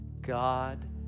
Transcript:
God